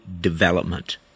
development